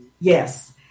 Yes